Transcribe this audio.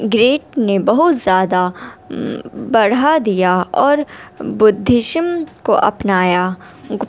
great نے بہت زیادہ بڑھا دیا اور بدھیشم کو اپنایا